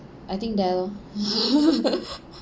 I think die lor